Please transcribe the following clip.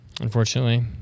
unfortunately